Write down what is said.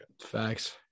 Facts